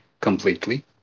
completely